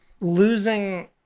losing